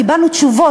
קיבלנו תשובות.